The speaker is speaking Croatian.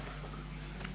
Hvala